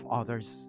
others